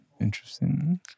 Interesting